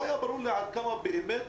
לא ברור לי עד כמה באמת